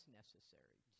necessary